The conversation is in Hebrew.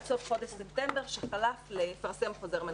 עד סוף חודש ספטמבר שחלף הוא התחייב לפרסם חוזר מנכ"ל.